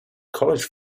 college